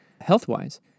health-wise